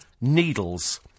needles